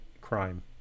crime